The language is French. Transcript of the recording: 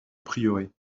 prieuré